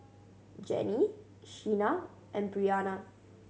Jenni Sheena and Breanna